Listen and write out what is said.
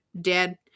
dead